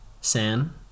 San